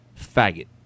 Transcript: Faggot